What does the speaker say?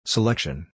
Selection